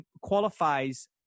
qualifies